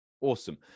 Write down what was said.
Awesome